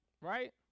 Right